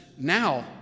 now